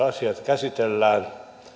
asiat käsitellään